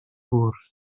bwrdd